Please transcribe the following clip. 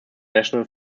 national